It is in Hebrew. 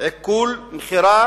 אנחנו כולנו אזרחים של אותה מדינה.